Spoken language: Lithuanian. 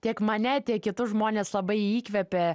tiek mane tiek kitus žmones labai įkvėpė